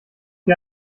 dir